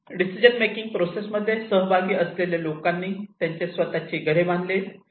decision making process मध्ये सहभागी असलेल्या लोकांनी त्यांचे स्वतःची घरे बांधणे बांधली